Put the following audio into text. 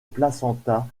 placenta